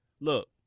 look